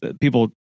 people